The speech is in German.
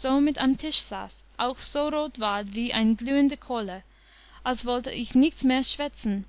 so mit am tisch saß auch so rot ward wie eine glühende kohle als wollte ich nichts mehr schwätzen